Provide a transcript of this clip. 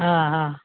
हँ हँ